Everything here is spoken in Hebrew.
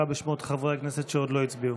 אנא קרא בשמות חברי הכנסת שעוד לא הצביעו.